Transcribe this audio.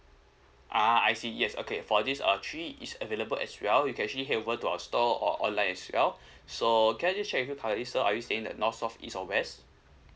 ah I see yes okay for this uh three is available as well you can actually head over to our store or online as well so can I just check with you currently sir are you saying in the north south east or west